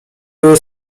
były